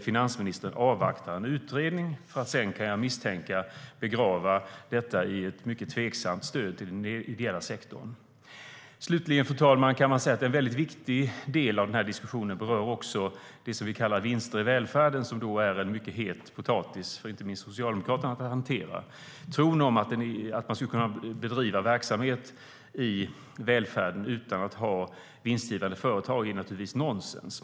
Finansministern avvaktar nu en utredning för att sedan, kan jag misstänka, begrava den i ett mycket osäkert stöd till den ideella sektorn. Slutligen, fru talman, berör en viktig del av den här diskussionen också det som vi kallar vinster i välfärden, som är en mycket het potatis för inte minst Socialdemokraterna att hantera. Att man ska kunna bedriva verksamhet i välfärden utan att ha vinstdrivande företag är naturligtvis nonsens.